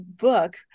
book